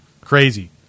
Crazy